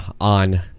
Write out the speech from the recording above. on